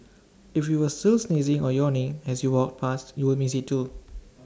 if you were still sneezing or yawning as you walked past you will miss IT too